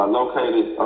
located